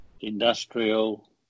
industrial